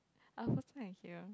our first night here